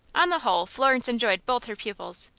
on the whole, florence enjoyed both her pupils.